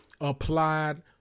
applied